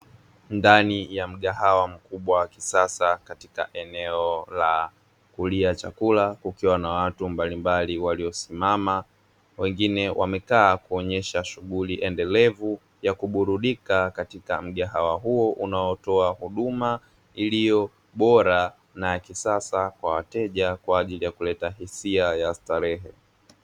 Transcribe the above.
Ndani ya mgahawa mkubwa wa kisasa katika eneo la kulia chakula kukiwa na watu mbalimbali waliosimama wengine wamekaa, kuonyesha shughuli endelevu ya kuburudika katika mgahawa huo unaotoa huduma iliyo bora na kisasa kwa wateja, kwa ajili ya kuleta hisia ya starehe.